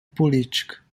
política